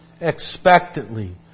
Expectantly